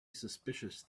suspicious